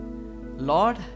Lord